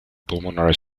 pulmonary